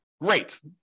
great